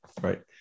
Right